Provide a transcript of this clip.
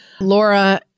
Laura